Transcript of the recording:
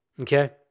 okay